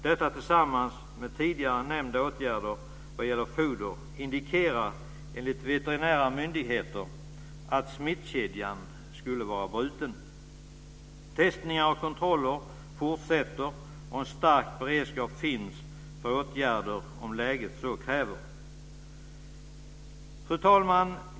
Detta tillsammans med tidigare nämnda åtgärder när det gäller foder indikerar enligt veterinära myndigheter att smittkedjan skulle vara bruten. Testningar och kontroller fortsätter, och en stor beredskap finns för åtgärder om läget så kräver. Fru talman!